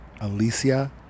Alicia